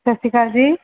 ਸਤਿ ਸ਼੍ਰੀ ਅਕਾਲ ਜੀ